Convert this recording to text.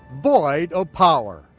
void of power.